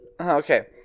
Okay